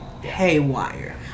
haywire